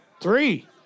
Three